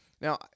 Now